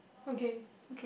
okay